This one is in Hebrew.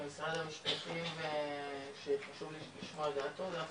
משרד המשפטים שחשוב לי לשמוע את דעתו גם